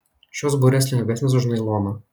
šios burės lengvesnės už nailoną